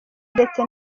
ndetse